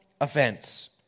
offense